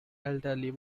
elderly